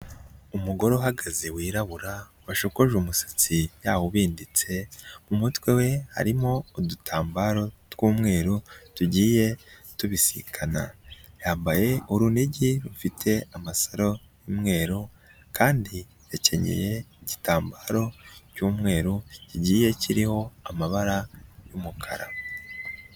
Umugore uhagaze wirabura washokoje umusatsi yawubinditse, mu umutwe we harimo udutambaro tw'umweru tugiye tubisikana, yambaye urunigi rufite amasaro y'umweru, kandi yakenyeye igitambaro cy'umweru kigiye kiriho amabara y'umukara.